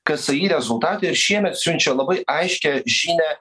ksi rezultatai ir šiemet siunčia labai aiškią žinią